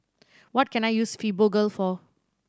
what can I use Fibogel for